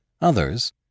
others